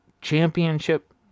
championship